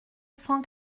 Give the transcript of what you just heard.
cent